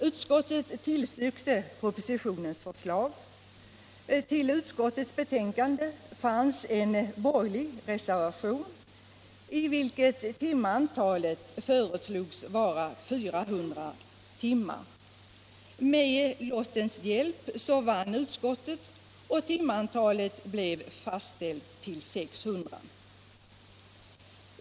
Utskottet tillstyrkte propositionens förslag. Till utskottets betänkande fanns en borgerlig reservation i vilken timantalet föreslogs vara 400. Med lottens hjälp vann utskottet och timantalet blev fastställt till 600.